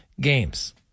games